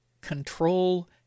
control